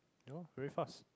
no very fast